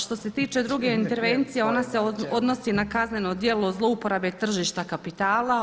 Što se tiče druge intervencije ona se odnosi na kazneno djelo zlouporabe tržišta kapitala.